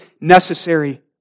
necessary